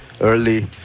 early